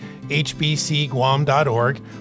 hbcguam.org